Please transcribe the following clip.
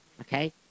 Okay